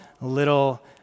little